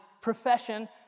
profession